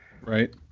right